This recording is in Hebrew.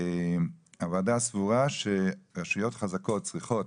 הוועדה סבורה שרשויות חזקות צריכות